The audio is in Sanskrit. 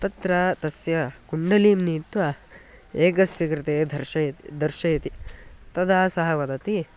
तत्र तस्य कुण्डलीं नीत्वा एकस्य कृते दर्शयति दर्शयति तदा सः वदति